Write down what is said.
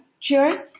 cheers